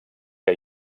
que